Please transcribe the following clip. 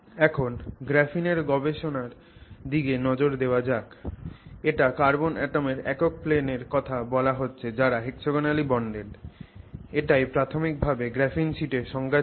যখন গ্রাফিনের গবেষণার দিকে নজর দেওয়া হয় এটা কার্বন অ্যাটমের একক প্লেনের কথা বলা হচ্ছে যারা hexagonally bonded এটাই প্রাথমিক ভাবে গ্রাফিন শিটের সংজ্ঞা ছিল